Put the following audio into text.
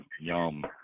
Yum